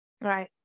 Right